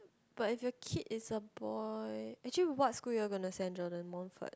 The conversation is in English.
but if your kid is a boy actually what school you all gonna send Jordan Montfort